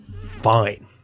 fine